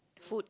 food